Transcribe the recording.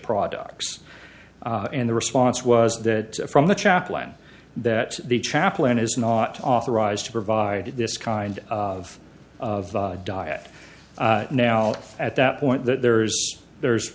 products and the response was that from the chaplain that the chaplain is not authorized to provide this kind of diet now at that point there's there's